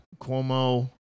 Cuomo